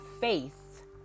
faith